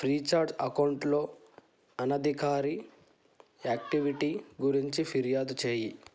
Freecharge అకౌంట్లో అనధికారి activity గురించి ఫిర్యాదు చేయి